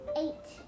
eight